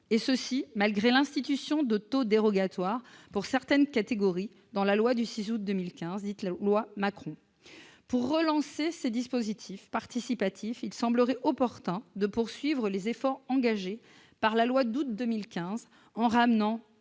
et ce malgré l'institution de taux dérogatoires pour certaines catégories dans la loi du 6 août 2015, dite loi Macron. Pour relancer ces dispositifs participatifs, il semblerait opportun de poursuivre les efforts engagés par la loi d'août 2015, en ramenant